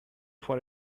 for